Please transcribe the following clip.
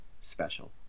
special